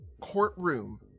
courtroom